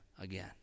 again